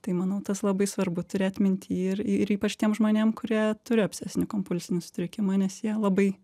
tai manau tas labai svarbu turėt minty ir ir ypač tiem žmonėm kurie turi obsesinį kompulsinį sutrikimą nes jie labai